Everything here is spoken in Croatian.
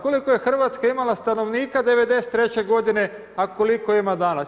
Koliko je Hrvatska imala stanovnika '93. godine a koliko ima danas?